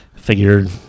Figured